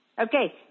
Okay